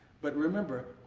but remember,